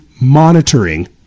monitoring